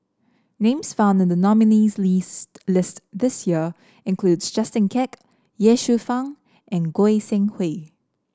names found in the nominees' list this year include Justin Quek Ye Shufang and Goi Seng Hui